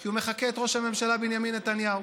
כי הוא מחקה את ראש הממשלה בנימין נתניהו.